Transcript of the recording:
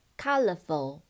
Colorful